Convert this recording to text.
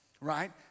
right